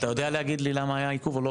יודע להגיד לי למה היה עיכוב או לא,